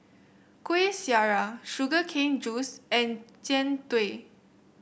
Kuih Syara Sugar Cane Juice and Jian Dui